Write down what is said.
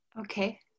Okay